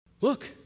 Look